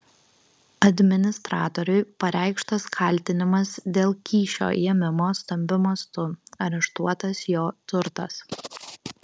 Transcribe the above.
administratoriui pareikštas kaltinimas dėl kyšio ėmimo stambiu mastu areštuotas jo turtas